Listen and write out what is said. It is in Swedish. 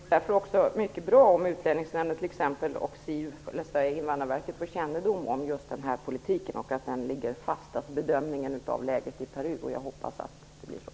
Fru talman! Det svaret glädjer mig oerhört mycket. Det vore också mycket bra om exempelvis Utlänningsnämnden och Invandrarverket får kännedom om att denna politik ligger fast när det gäller bedömningen av läget i Peru. Jag hoppas att det blir så.